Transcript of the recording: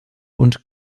und